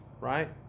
right